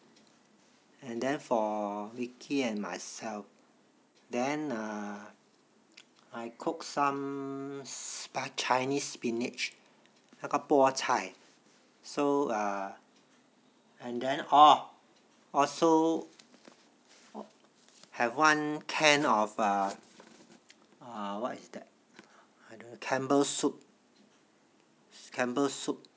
and then for vikki and myself then err I cooked some sp~ chinese spinach 那个菠菜 and then orh also have one can of uh uh what is that uh campbell soup campbell soup